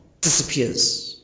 disappears